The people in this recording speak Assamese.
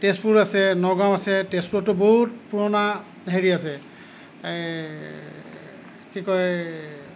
তেজপুৰ আছে নগাঁও আছে তেজপুৰতো বহুত পুৰণা হেৰি আছে এই কি কয়